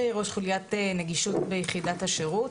אני ראש חוליית נגישות ביחידת השירות.